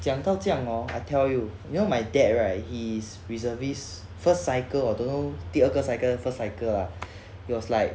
讲到这样 hor I tell you you know my dad right he's reservists first cycle although 第二个 cycle first cycle lah he was like